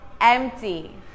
empty